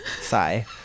Sigh